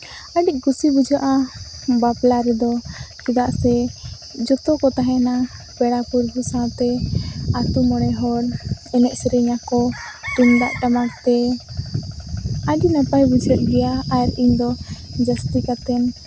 ᱟᱹᱰᱤ ᱠᱩᱥᱤ ᱵᱩᱡᱷᱟᱹᱜᱼᱟ ᱵᱟᱯᱞᱟ ᱨᱮᱫᱚ ᱪᱮᱫᱟᱜ ᱥᱮ ᱡᱚᱛᱚᱠᱚ ᱛᱟᱦᱮᱱᱟ ᱯᱮᱲᱟᱼᱯᱩᱨᱵᱩ ᱥᱟᱶᱛᱮ ᱟᱛᱳ ᱢᱚᱬᱮᱦᱚᱲ ᱮᱱᱮᱡᱼᱥᱮᱨᱮᱧᱟᱠᱚ ᱛᱩᱢᱫᱟᱜᱼᱴᱟᱢᱟᱠᱛᱮ ᱟᱹᱰᱤ ᱱᱟᱯᱟᱭ ᱵᱩᱡᱷᱟᱹᱜ ᱜᱮᱭᱟ ᱟᱨ ᱤᱧᱫᱚ ᱡᱟᱹᱥᱛᱤ ᱠᱟᱛᱮᱱ